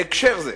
בהקשר זה